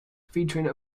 featuring